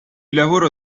lavoro